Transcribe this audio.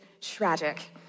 tragic